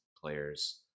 players